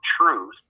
truth